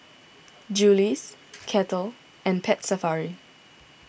Julie's Kettle and Pet Safari